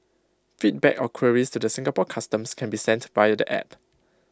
feedback or queries to the Singapore Customs can be sent via the app